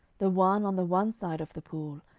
the one on the one side of the pool,